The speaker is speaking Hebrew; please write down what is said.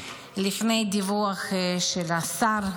לפני דיווח של השר,